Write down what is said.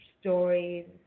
stories